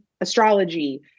astrology